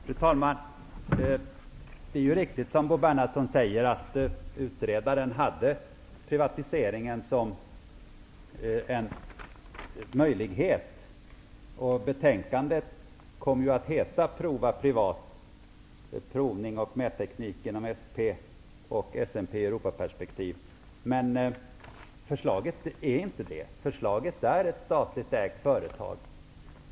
Fru talman! Det är ju riktigt, som Bo Bernhardsson säger, att privatisering för utredaren angavs som en möjlighet, och betänkandet kom ju att heta Prova privat -- provning och mätteknik inom SP och SMP i Europaperspektiv. Men förslaget går inte ut på detta, utan det föreslås ett statligt ägt företag.